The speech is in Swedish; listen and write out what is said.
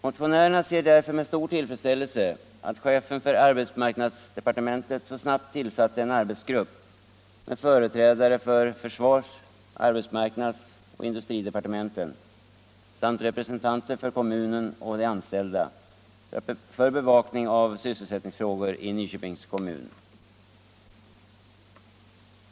Motionärerna ser därför med stor tillfredsställelse att chefen för arbetsmarknadsdepartementet så snabbt tillsatt en arbetsgrupp med företrädare för försvars-, arbetsmarknadsoch industridepartementen samt representanter för kommunen och de anställda, för bevakning av sysselsättningsfrågor i Nyköpings kommun.